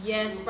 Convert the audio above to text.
Yes